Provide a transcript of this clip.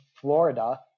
Florida